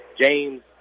James